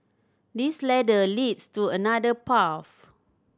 this ladder leads to another path